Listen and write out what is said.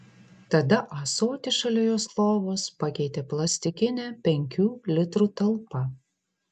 tada ąsotį šalia jos lovos pakeitė plastikinė penkių litrų talpa